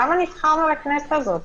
למה נבחרנו לכנסת הזאת?